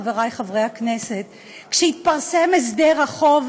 חברי חברי הכנסת: כשהתפרסם הסדר החוב,